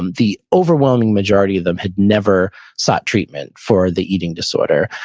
um the overwhelming majority of them had never sought treatment for the eating disorder.